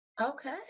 Okay